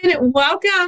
welcome